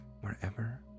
wherever